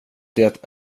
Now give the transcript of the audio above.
det